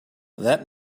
that